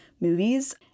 movies